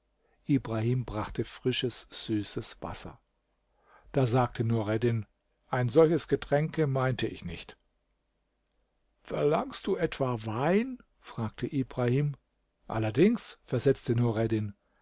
ibrahim brachte frisches süßes wasser da sagte nureddin ein solches getränke meinte ich nicht verlangst du etwa wein fragte ibrahim allerdings versetzte